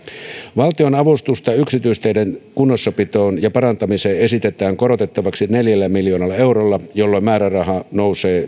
valtionavustusta yksityisteiden kunnossapitoon ja parantamiseen esitetään korotettavaksi neljällä miljoonalla eurolla jolloin määräraha nousee